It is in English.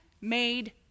made